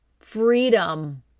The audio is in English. freedom